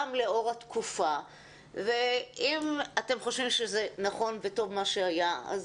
גם לאור התקופה ואם אתם חושבים שזה נכון וטוב מה שהיה,